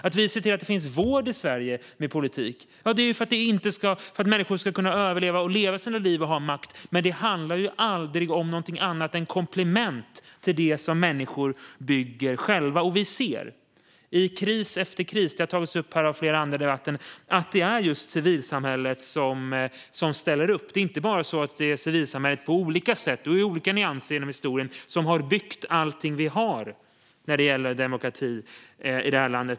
Att vi med politik ser till att det finns vård i Sverige är för att människor ska kunna överleva och leva sina liv och ha makt. Det handlar aldrig om något annat än komplement till det som människor bygger själva. Vi ser också i kris efter kris - det har tagits upp av flera andra i debatten - att det är just civilsamhället som ställer upp. Inte bara är det civilsamhället som på olika sätt och i olika nyanser genom historien har byggt allt vi har när det gäller demokrati i det här landet.